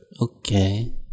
Okay